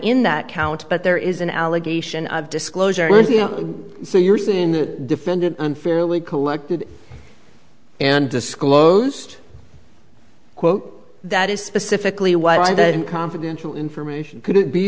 in that count but there is an allegation of disclosure so you're saying the defendant unfairly collected and disclosed quote that is specifically what the confidential information could be